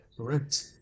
Correct